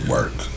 Work